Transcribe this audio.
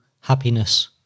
happiness